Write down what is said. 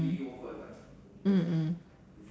mm mm mm